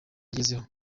yagezeho